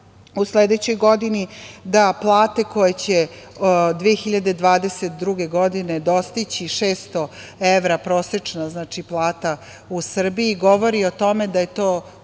u sledećoj godini plate koje će 2022. godine dostići 600 evra, prosečna plata u Srbiji govori o tome da je to